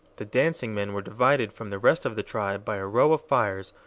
the dancing men were divided from the rest of the tribe by a row of fires,